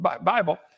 Bible